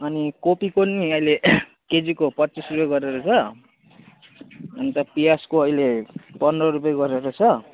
अनि कोपीको नि अहिले केजीको पच्चिस रुपियाँ गरेर छ अन्त प्याजको अहिले पन्ध्र रुपियाँ गरेर छ